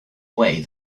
way